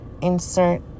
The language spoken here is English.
insert